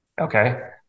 Okay